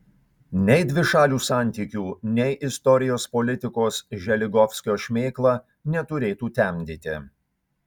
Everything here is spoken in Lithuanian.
nei dvišalių santykių nei istorijos politikos želigovskio šmėkla neturėtų temdyti